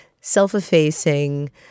self-effacing